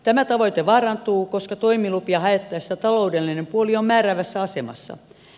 tämä tavoite vaarantuu koska toimilupia haettaessa taloudellinen puoli on määräävässä asemassa